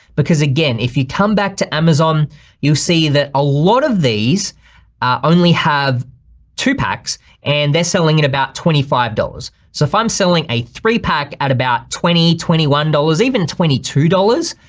because again, if you come back to amazon you see that a lot of these only have two packs and they're selling it about twenty five dollars. so if i'm selling a three-pack at about twenty, twenty one dollars, even twenty two dollars,